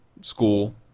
school